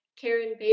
Karen